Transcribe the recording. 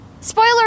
Spoiler